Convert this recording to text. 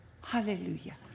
Hallelujah